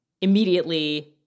immediately